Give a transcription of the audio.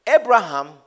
Abraham